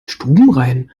stubenrein